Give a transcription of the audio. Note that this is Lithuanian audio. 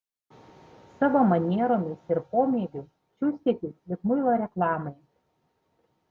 savo manieromis ir pomėgiu čiustytis lyg muilo reklamai